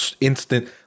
instant